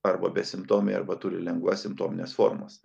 arba besimptomiai arba turi lengvas simptomines formas